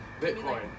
Bitcoin